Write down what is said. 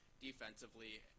defensively